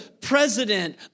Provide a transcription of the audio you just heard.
president